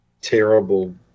terrible